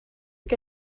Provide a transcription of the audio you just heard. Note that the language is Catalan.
què